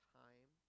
time